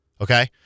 Okay